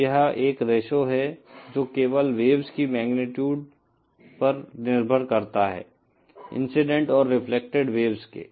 अब यह एक रेश्यो है जो केवल वेव्स की मैग्नीट्यूड पर निर्भर करता है इंसिडेंट और रेफ़्लक्टेड वेव्स के